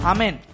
Amen